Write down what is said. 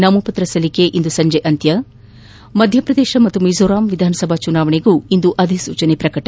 ನಾಮಪತ್ರ ಸಲ್ಲಿಕೆ ಇಂದು ಸಂಜಿ ಅಂತ್ಯ ಮಧ್ಯಪ್ರದೇಶ ಮತ್ತು ಮಿಜೋರಾಂ ವಿಧಾನಸಭಾ ಚುನಾವಣೆಗೆ ಇಂದು ಅಧಿಸೂಚನೆ ಪ್ರಕಟ